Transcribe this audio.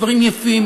דברים יפים,